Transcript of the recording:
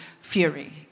fury